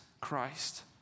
Christ